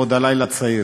ועוד הלילה צעיר.